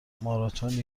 ماراتن